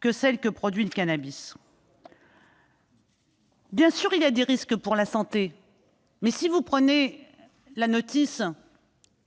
que celle que provoque le cannabis. Bien sûr, il y a des risques pour la santé. Mais si vous lisez la notice